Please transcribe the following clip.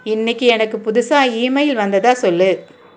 இன்னைக்கு எனக்கு புதுசாக இமெயில் வந்ததா சொல்